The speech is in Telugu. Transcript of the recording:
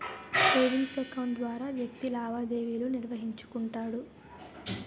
సేవింగ్స్ అకౌంట్ ద్వారా వ్యక్తి లావాదేవీలు నిర్వహించుకుంటాడు